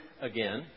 again